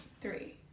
Three